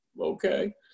okay